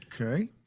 Okay